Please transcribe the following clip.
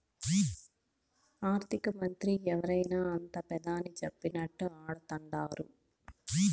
ఆర్థికమంత్రి ఎవరైనా అంతా పెదాని సెప్పినట్లా ఆడతండారు